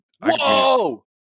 Whoa